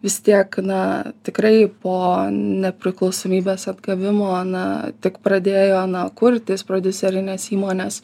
vis tiek na tikrai po nepriklausomybės atgavimo na tik pradėjo kurtis prodiuserinės įmonės